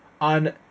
on